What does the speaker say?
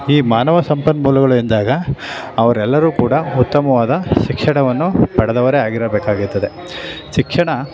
ಈ ಮಾನವ ಸಂಪನ್ಮೂಲಗಳು ಎಂದಾಗ ಅವ್ರು ಎಲ್ಲರೂ ಕೂಡ ಉತ್ತಮವಾದ ಶಿಕ್ಷಣವನ್ನು ಪಡೆದವರೇ ಆಗಿರಬೇಕಾಗಿರ್ತದೆ ಶಿಕ್ಷಣ